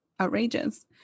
Outrageous